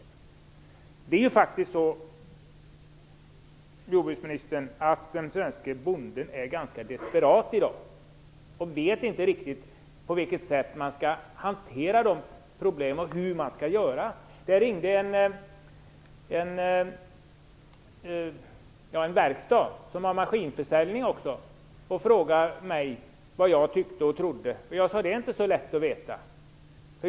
Den svenske bonden är faktiskt ganska desperat i dag, jordbruksministern, och vet inte riktigt hur han skall göra eller på vilket sätt han skall hantera problemen. Det ringde en person från en verkstad som också har maskinförsäljning och frågade mig vad jag tyckte och trodde. Jag sade att det inte är så lätt att veta.